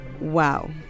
Wow